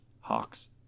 hawks